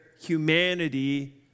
humanity